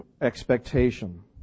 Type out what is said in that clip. expectation